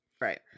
right